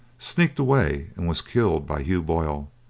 sneaked away and was killed by hugh boyle.